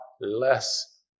less